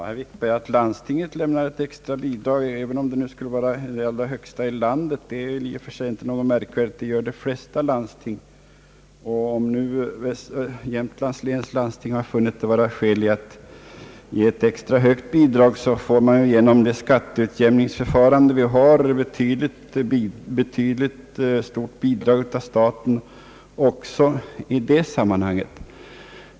Herr talman! Att landstinget i Jämtlands län lämnar ett extra bidrag är, även om detta skulle vara det allra högsta i landet, i och för sig inte något märkvärdigt. Bidrag ger de flesta landsting. Om nu Jämtlands läns landsting har funnit skäl att lämna ett extra högt bidrag får landstinget genom det skatteutjämningsförfarande som tillämpas också ett stort bidrag av staten i det sammanhanget.